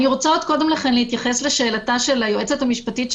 אני רוצה עוד קודם לכן להתייחס לשאלתה של היועצת המשפטית של